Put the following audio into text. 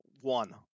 one